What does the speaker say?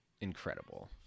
incredible